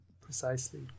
Precisely